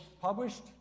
published